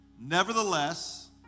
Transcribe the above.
Nevertheless